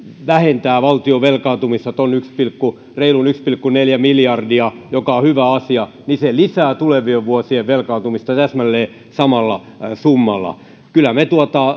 vähentää valtion velkaantumista tuon reilun yksi pilkku neljä miljardia mikä on hyvä asia niin se lisää tulevien vuosien velkaantumista täsmälleen samalla summalla kyllä me